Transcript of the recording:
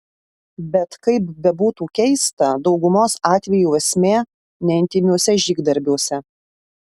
bet kaip bebūtų keista daugumos atvejų esmė ne intymiuose žygdarbiuose